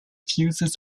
fuses